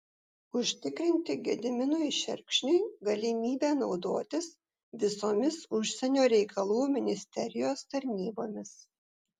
užtikrinti gediminui šerkšniui galimybę naudotis visomis užsienio reikalų ministerijos tarnybomis